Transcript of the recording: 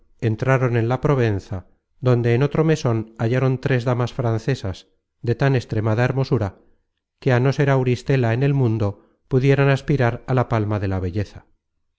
entraron en la provenza donde en otro meson hallaron tres damas francesas de tan extremada hermosura que á no ser auristela en el mundo pu content from google book search generated at dieran aspirar a la palma de la belleza